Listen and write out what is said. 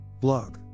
Blog